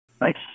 nice